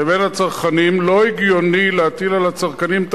לבין הצרכנים, לא הגיוני להטיל על הצרכנים את